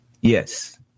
Yes